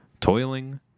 toiling